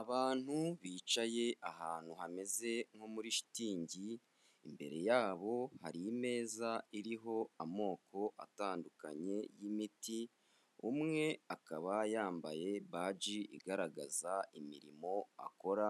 Abantu bicaye ahantu hameze nko muri shitingi, imbere yabo hari imeza iriho amoko atandukanye y'imiti, umwe akaba yambaye bagi igaragaza imirimo akora,